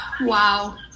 wow